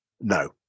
No